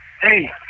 Hey